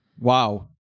Wow